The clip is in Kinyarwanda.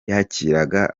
yakiraga